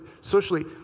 socially